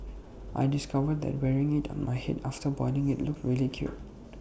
I discovered that wearing IT on my Head after boiling IT looked really cute